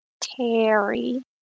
Terry